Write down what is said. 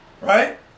right